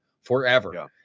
forever